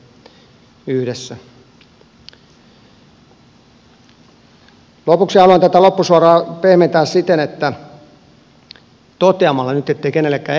ettei kenellekään jää epäselväksi haluan tätä loppusuoraa pehmentää toteamalla lopuksi tämän